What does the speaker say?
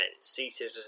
seated